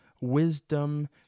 wisdom